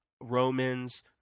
Romans